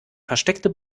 versteckte